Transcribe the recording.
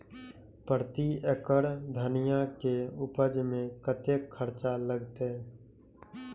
प्रति एकड़ धनिया के उपज में कतेक खर्चा लगते?